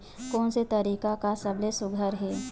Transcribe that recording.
कोन से तरीका का सबले सुघ्घर हे?